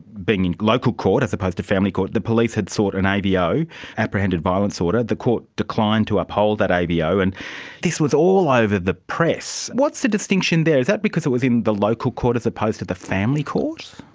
being in local court as opposed to family court. the police had sought an avo, apprehended violence order, the court declined to uphold that avo. and this was all over the press. what's the distinction there? is that because it was in the local court as opposed to the family court?